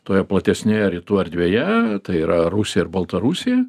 toje platesnėje rytų erdvėje tai yra rusija ir baltarusija